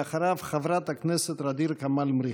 ואחריו, חברת הכנסת ע'דיר כמאל מריח.